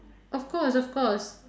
of course of course